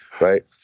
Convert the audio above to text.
right